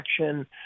action